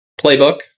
playbook